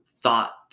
thought